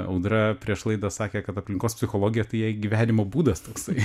audra prieš laidą sakė kad aplinkos psichologija tai jai gyvenimo būdas toksai